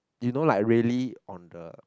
did not like really on the